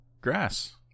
grass